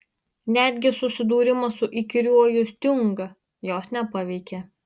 netgi susidūrimas su įkyriuoju striunga jos nepaveikė